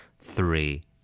three